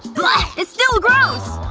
blegh! it's still gross!